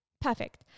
Perfect